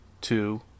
two